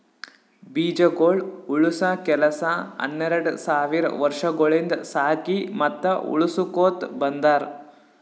ಬೀಜಗೊಳ್ ಉಳುಸ ಕೆಲಸ ಹನೆರಡ್ ಸಾವಿರ್ ವರ್ಷಗೊಳಿಂದ್ ಸಾಕಿ ಮತ್ತ ಉಳುಸಕೊತ್ ಬಂದಾರ್